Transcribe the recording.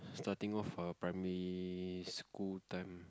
starting off a primary school time